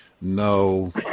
No